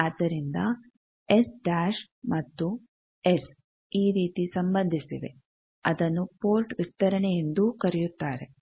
ಆದ್ದರಿಂದ S dash S ಮತ್ತು Sಎಸ್ ಈ ರೀತಿ ಸಂಬಂಧಿಸಿವೆ ಅದನ್ನು ಪೋರ್ಟ್ ವಿಸ್ತರಣೆ ಎಂದೂ ಕರೆಯುತ್ತಾರೆ